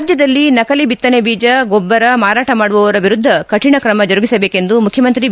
ರಾಜ್ಯದಲ್ಲಿ ನಕಲಿ ಬಿತ್ತನೆ ಬೀಜ ಗೊಬ್ಬರ ಮಾರಾಟ ಮಾಡುವವರ ವಿರುದ್ದ ಕೌಣ ಕ್ರಮ ಜರುಗಿಸಬೇಕೆಂದು ಮುಖ್ಯಮಂತ್ರಿ ಬಿ